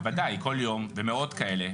בוודאי, כל יום ומאות כאלה.